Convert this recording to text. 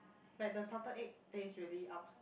but the salted egg there is really ups